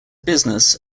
business